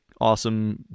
awesome